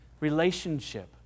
relationship